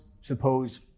suppose